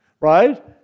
Right